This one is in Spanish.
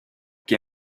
que